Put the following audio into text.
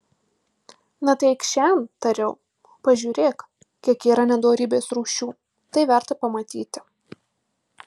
na tai eikš šen tariau pažiūrėk kiek yra nedorybės rūšių tai verta pamatyti